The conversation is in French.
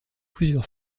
plusieurs